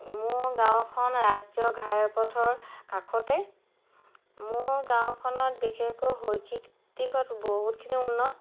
মোৰ গাঁওখন ৰাষ্ট্ৰীয় ঘাইপথৰ কাষতে মোৰ গাঁওখনত বিশেষকৈ শৈক্ষিক দিশত বহুখিনি উন্নত